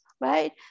Right